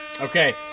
okay